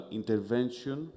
intervention